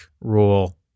rule